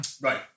right